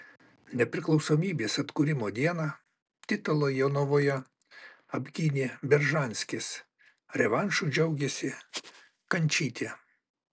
nepriklausomybės atkūrimo dieną titulą jonavoje apgynė beržanskis revanšu džiaugėsi kančytė